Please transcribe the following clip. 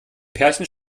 pärchen